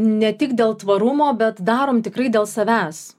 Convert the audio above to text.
ne tik dėl tvarumo bet darom tikrai dėl savęs